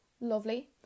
lovely